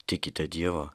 tikite dievą